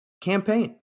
Campaign